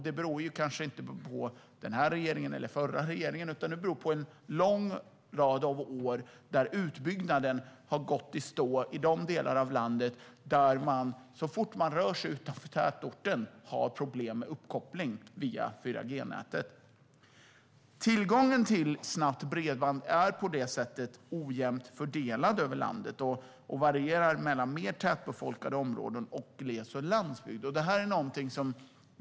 Det beror inte på denna regering eller den förra utan på att utbyggnaden har gått i stå under en lång rad av år i de delar av landet där man har problem med uppkoppling via 4G-nätet så fort man rör sig utanför tätorten. Tillgången till snabbt bredband är på detta vis ojämnt fördelad över landet och varierar mellan mer tätbefolkade områden och gles och landsbygd.